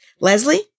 Leslie